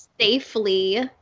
safely